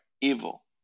evil